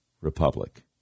Republic